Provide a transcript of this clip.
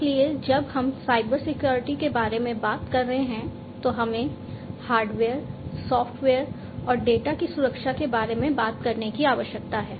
इसलिए जब हम साइबर सिक्योरिटी के बारे में बात कर रहे हैं तो हमें हार्डवेयर सॉफ्टवेयर और डेटा की सुरक्षा के बारे में बात करने की आवश्यकता है